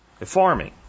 farming